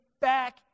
back